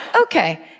Okay